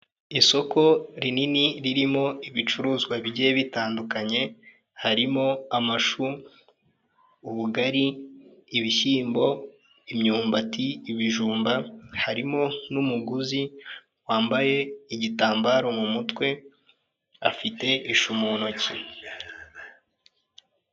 Isoko rinini ririmo ibicuruzwa bigiye bitandukanye harimo amashu, ubugari, ibishyimbo, imyumbati, ibijumba harimo n'umuguzi wambaye igitambaro mu mutwe afite ishu mu ntoki.